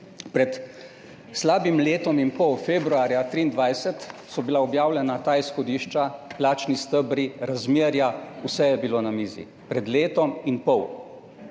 Pred slabim letom in pol, februarja 2023, so bila objavljena ta izhodišča, plačni stebri, razmerja, vse je bilo na mizi. Pred letom in pol.